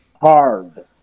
hard